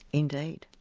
indeed.